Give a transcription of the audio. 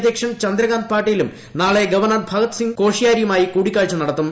അധ്യക്ഷൻ ചന്ദ്രകാന്ത് പാട്ടീലും നാളെ ഗവർണർ ഭഗത് സിംഗ് കോഷ്യാരിയുമായി കൂടിക്കാഴ്ച നടത്തും